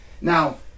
Now